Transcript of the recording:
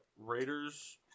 Raiders